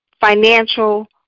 financial